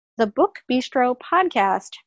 thebookbistropodcast